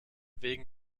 wegen